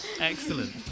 excellent